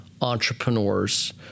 entrepreneurs